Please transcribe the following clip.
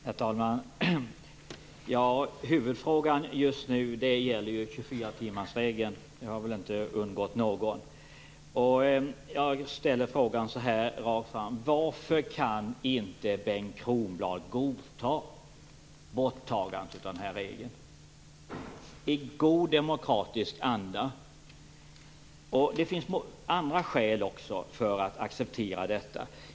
Herr talman! Huvudfrågan just nu gäller 24 timmarsregeln. Det har väl inte undgått någon. Jag ställer frågan så här: Varför kan inte Bengt Kronblad godta borttagandet av regeln i god demokratisk anda? Det finns även andra skäl för att acceptera detta.